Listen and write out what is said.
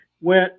went